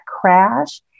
crash